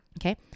okay